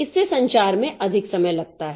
इससे संचार में अधिक समय लगता है